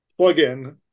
plugin